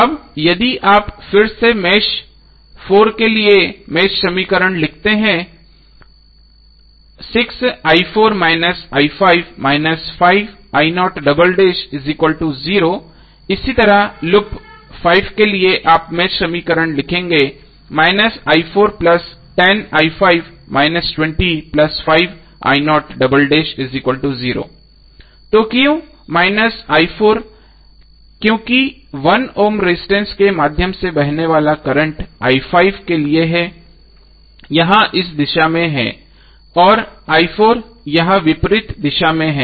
अब यदि आप फिर से मेष 4 के लिए मेष समीकरण लिखते हैं इसी तरह लूप 5 के लिए आप मेष समीकरण लिखेंगे तो क्यों क्योंकि 1 ओम के माध्यम से बहने वाला करंट के लिए है यह इस दिशा में है और यह विपरीत दिशा में है